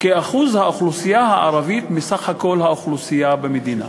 כאחוז האוכלוסייה הערבית מסך הכול האוכלוסייה במדינה.